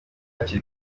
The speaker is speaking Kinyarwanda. hakiri